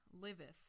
liveth